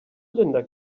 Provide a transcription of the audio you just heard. linda